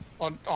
on